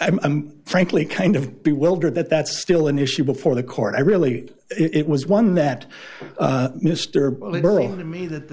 i'm frankly kind of bewildered that that's still an issue before the court really it was one that mr bloom to me that the